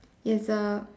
it's a